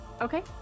Okay